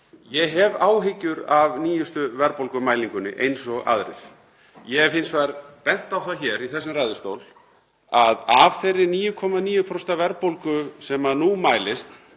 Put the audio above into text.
Ég hef áhyggjur af nýjustu verðbólgumælingunni eins og aðrir. Ég hef hins vegar bent á það hér í þessum ræðustól að af þeirri 9,9% af verðbólgu sem nú mælist